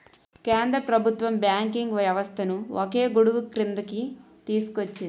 కేంద్ర ప్రభుత్వం బ్యాంకింగ్ వ్యవస్థను ఒకే గొడుగుక్రిందికి తీసుకొచ్చింది